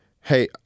hey